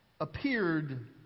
appeared